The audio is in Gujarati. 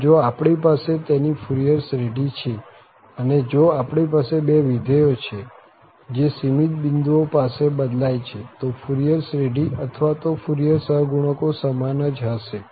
આમ જો આપણી પાસે તેની ફુરિયર શ્રેઢી છે અને જો આપણી પાસે બે વિધેયો છે જે સીમિત બિંદુઓ પાસે બદલાય છે તો ફુરિયર શ્રેઢી અથવા તો ફુરિયર સહગુણકો સમાન જ હશે